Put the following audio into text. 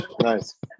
nice